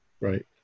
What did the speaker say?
right